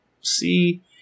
see